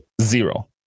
zero